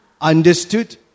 understood